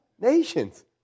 nations